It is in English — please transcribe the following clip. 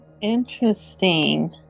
Interesting